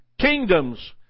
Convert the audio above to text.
kingdoms